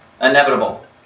inevitable